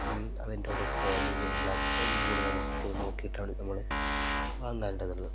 മ് അതിൻ്റെ ഓരോ പോയിൻറുകളും ബ്ലാക്ക് പോയിൻറുകളും നമ്മൾക്ക് കൃത്യമായിട്ട് നോക്കിയിട്ടാണ് നമ്മൾ വാങ്ങേണ്ടത്